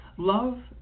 love